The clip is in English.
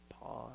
Pause